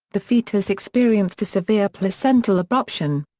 the fetus experienced a severe placental abruption.